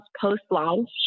post-launch